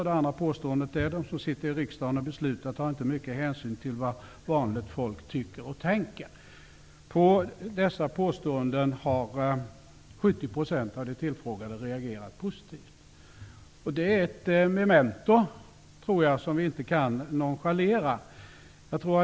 Det andra påståendet är att de som sitter i riksdagen och fattar beslut inte tar mycket hänsyn till vad vanligt folk tycker och tänker. På dessa påståenden har 70 % av de tillfrågade reagerat positivt. Detta är ett memento som vi inte kan nonchalera.